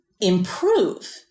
improve